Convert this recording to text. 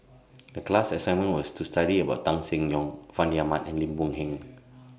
The class assignment was to study about Tan Seng Yong Fandi Ahmad and Lim Boon Heng